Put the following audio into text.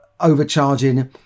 overcharging